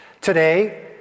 today